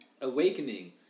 Awakening